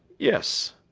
yes,